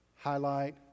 Highlight